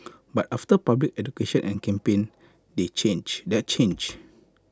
but after public education and campaign they change that changed